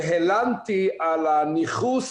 והלנתי על הניכוס